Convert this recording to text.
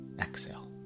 exhale